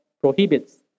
prohibits